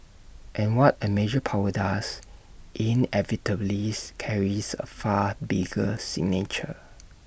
and what A major power does inevitable lease carries A far bigger signature